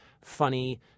funny